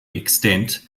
extent